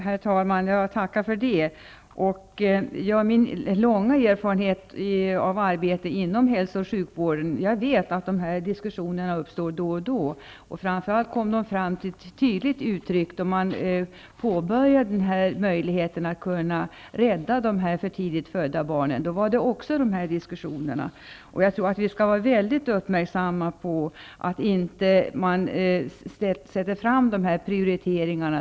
Herr talman! Jag tackar för det förtydligandet. Min långa erfarenhet av arbete inom hälso och sjukvården gör att jag vet att dessa diskussioner uppstår då och då. Framför allt kom dessa uppfattningar till tydligt uttryck när möjligheten att rädda dessa för tidigt födda barn uppkom. Också då fördes liknande diskussioner. Vi bör vara mycket uppmärksamma så att man inte ställer upp regler för prioriteringar.